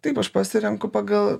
taip aš pasirenku pagal